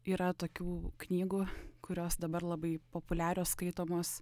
yra tokių knygų kurios dabar labai populiarios skaitomos